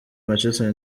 manchester